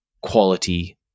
quality